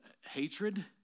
hatred